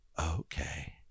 okay